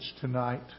tonight